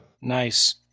Nice